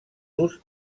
los